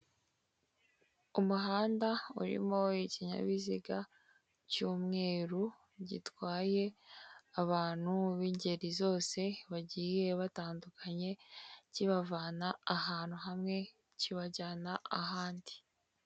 Umuhanda urimo ikinyabiziga cy'umweru gitwaye abantu bingeri zose bagiye batandukanye kibavana ahantu hamwe kibajyana ahandi.